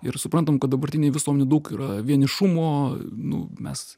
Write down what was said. ir suprantam kad dabartinėj visuomenėj daug yra vienišumo nu mes